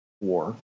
war